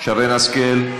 שרן השכל,